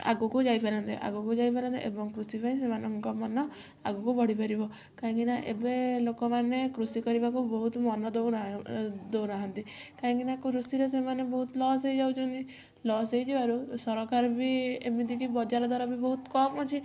ଆଗୁକୁ ଯାଇପାରନ୍ତେ ଆଗୁକୁ ଯାଇପାରନ୍ତେ ଏବଂ କୃଷି ପାଇଁ ସେମାନଙ୍କ ମନ ଆଗୁକୁ ବଢ଼ିପାରିବ କାହିଁକି ନା ଏବେ ଲୋକମାନେ କୃଷି କରିବାକୁ ବହୁତ୍ ମନ ଦଉନା ଦଉନାହାଁନ୍ତି କାହିଁନା କୃଷିରେ ସେମାନେ ବହୁତ୍ ଲସ୍ ହେଇଯାଉଛନ୍ତି ଲସ୍ ହେଇଯିବାରୁ ସରକାର ବି ଏମିତିକି ବଜାର ଦର ବି ବହୁତ୍ କମ୍ ଅଛି